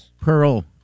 Pearl